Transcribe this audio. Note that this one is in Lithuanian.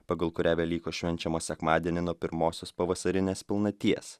pagal kurią velykos švenčiamos sekmadienį nuo pirmosios pavasarinės pilnaties